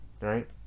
right